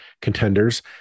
contenders